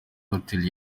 hotel